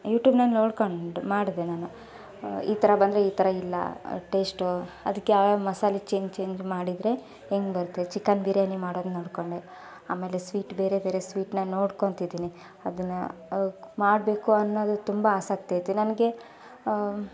ಯೂಟ್ಯೂಬ್ನಲ್ಲಿ ನೋಡ್ಕೊಂಡು ಮಾಡಿದೆ ನಾನು ಈ ಥರ ಬಂದರೆ ಈ ಥರ ಇಲ್ಲ ಟೇಸ್ಟು ಅದಕ್ಕೆ ಯಾವ್ಯಾವ ಮಸಾಲೆ ಚೇಂಜ್ ಚೇಂಜ್ ಮಾಡಿದರೆ ಹೆಂಗ್ ಬರುತ್ತೆ ಚಿಕನ್ ಬಿರಿಯಾನಿ ಮಾಡೋದು ನೋಡಿಕೊಂಡೆ ಆಮೇಲೆ ಸ್ವೀಟ್ ಬೇರೆ ಬೇರೆ ಸ್ವೀಟನ್ನ ನೋಡ್ಕೊತಿದಿನಿ ಅದನ್ನು ಮಾಡಬೇಕು ಅನ್ನೋದು ತುಂಬ ಆಸಕ್ತಿ ಐತೆ ನನಗೆ